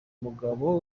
umugabo